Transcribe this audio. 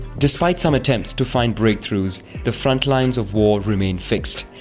despite some attempts to find breakthroughs, the frontline of war remains fixed,